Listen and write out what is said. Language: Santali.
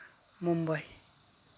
ᱢᱩᱢᱵᱟᱭ